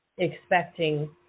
Expecting